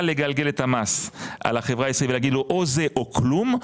לגלגל את המס על החברה הישראלית ולהגיד לו או זה או כלום,